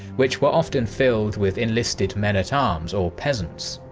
which were often filled with enlisted men-at-arms or peasants.